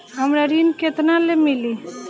हमरा ऋण केतना ले मिली?